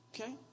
Okay